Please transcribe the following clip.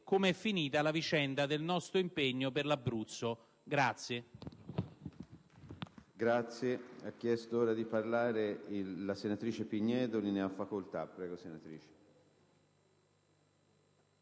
come è finita la vicenda del nostro impegno per l'Abruzzo.